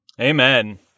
Amen